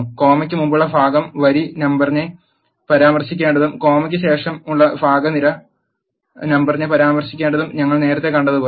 കോമയ്ക്ക് മുമ്പുള്ള ഭാഗം വരി നമ്പറിനെ പരാമർശിക്കേണ്ടതും കോമയ്ക്ക് ശേഷമുള്ള ഭാഗം നിര നമ്പറിനെ പരാമർശിക്കേണ്ടതും ഞങ്ങൾ നേരത്തെ കണ്ടതുപോലെ